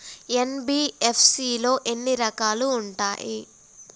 NBFC లో ఎన్ని రకాలు ఉంటాయి?